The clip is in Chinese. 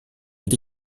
一些